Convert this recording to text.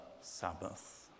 Sabbath